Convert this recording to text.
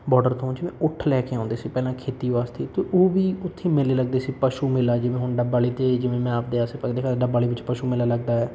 border ਤੋਂ ਜਿਵੇਂ ਊਠ ਲੈ ਕੇ ਆਉਂਦੇ ਸੀ ਪਹਿਲਾਂ ਖੇਤੀ ਵਾਸਤੇ ਅਤੇ ਉਹ ਵੀ ਉੱਥੇ ਮੇਲੇ ਲੱਗਦੇ ਸੀ ਪਸ਼ੂ ਮੇਲਾ ਜਿਵੇਂ ਹੁਣ ਡੱਬਵਾਲੀ ਅਤੇ ਜਿਵੇਂ ਮੈਂ ਆਪਣੇ ਆਸੇ ਪਾਸੇ ਡੱਬਵਾਲੀ ਵਿੱਚ ਪਸ਼ੂ ਮੇਲਾ ਲੱਗਦਾ ਹੈ